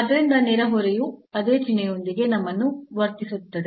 ಆದ್ದರಿಂದ ನೆರೆಹೊರೆಯು ಅದೇ ಚಿಹ್ನೆಯೊಂದಿಗೆ ನಮ್ಮನ್ನು ವರ್ತಿಸುತ್ತದೆ